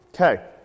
Okay